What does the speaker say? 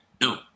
no